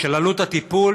בעלות הטיפול